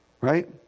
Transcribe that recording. Right